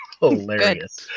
hilarious